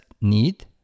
need